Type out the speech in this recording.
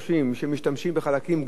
שמשתמשים בחלקים גנובים,